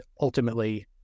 ultimately